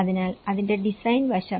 അതിനാൽ അതിന്റെ ഡിസൈൻ വശം